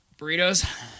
Burritos